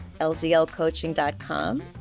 lzlcoaching.com